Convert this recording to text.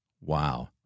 Wow